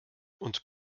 und